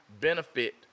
benefit